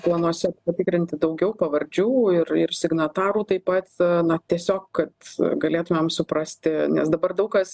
planuose patikrinti daugiau pavardžių ir ir signatarų taip pat na tiesiog kad galėtumėm suprasti nes dabar daug kas